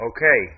Okay